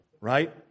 right